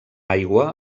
aigua